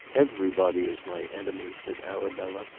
everybody is my enemy, said arabella.